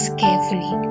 carefully